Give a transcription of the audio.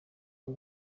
w’u